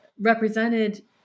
represented